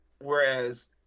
Whereas